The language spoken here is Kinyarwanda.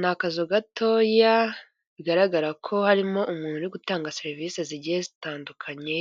Ni akazu gatoya bigaragara ko harimo umuntu uri gutanga serivisi zigiye zitandukanye